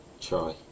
try